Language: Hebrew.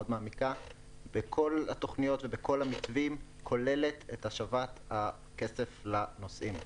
בכל התוכניות ובכל המתווים כוללת את השבת הכסף לנוסעים.